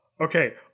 okay